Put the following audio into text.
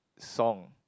song